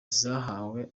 zahawe